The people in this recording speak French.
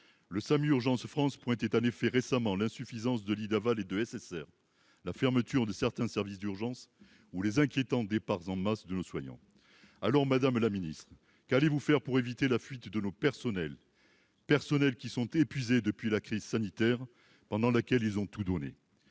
le SAMU Urgences France pointait en effet récemment l'insuffisance de lits d'aval et de SSR, la fermeture de certains services d'urgence ou les inquiétants départs en masse de nos soignants alors Madame la Ministre, qu'allez-vous faire pour éviter la fuite de nos personnels personnel qui sont épuisés depuis la crise sanitaire pendant laquelle ils ont tout donné,